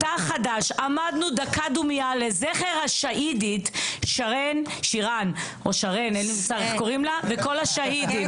תא חד"ש: 'עמדנו דקה דומיה לזכר השהידית שירין וכל השהידים'."